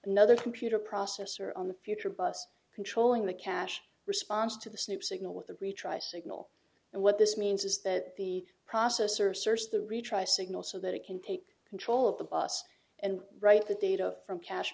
another computer processor on the future bus controlling the cache response to the snoop signal with the retry signal and what this means is that the processor searched the retry signal so that it can take control of the bus and write the data from ca